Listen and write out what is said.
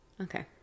Okay